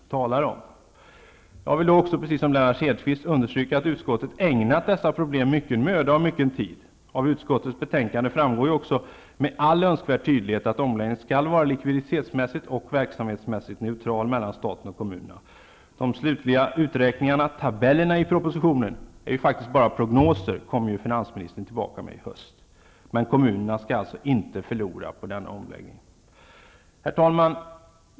Jag vill också, liksom Lennart Hedquist, understryka att utskottet ägnat dessa problem mycken möda och mycken tid. Av utskottets betänkande framgår också med all önskvärd tydlighet att omläggningen skall vara likviditets och verksamhetsmässigt neutral mellan staten och kommunerna. De slutliga uträkningarna -- tabellerna i propositionen är faktiskt bara prognoser -- kommer ju finansministern tillbaka med i höst. Men kommunerna skall alltså inte förlora på denna omläggning. Herr Talman!